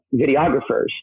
videographers